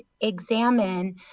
examine